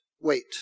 wait